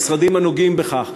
המשרדים הנוגעים בכך,